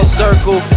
circle